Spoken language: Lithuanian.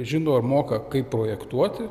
žino ir moka kaip projektuoti